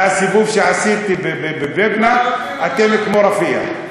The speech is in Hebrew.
מהסיבוב שעשיתי בבני-ברק, אתם כמו רפיח,